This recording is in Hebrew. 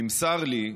נמסר לי,